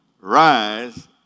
rise